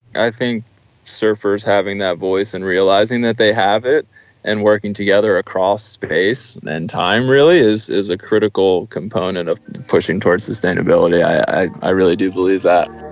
i think surfers having that voice and realising that they have it and working together across space and time really is is a critical component of pushing towards sustainability, i i really do believe that.